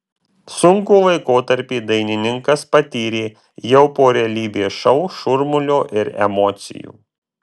sunkų laikotarpį dainininkas patyrė jau po realybės šou šurmulio ir emocijų